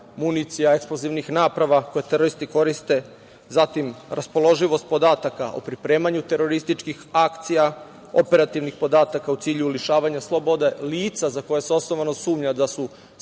municija, eksplozivnih naprava koje teroristi koriste. Zatim, raspoloživost podataka o pripremanju terorističkih akcija, operativnih podataka u cilju lišavanja slobode lica za koje se osnovano sumnja da su spremali